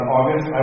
August